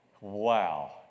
Wow